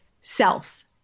self